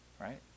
Right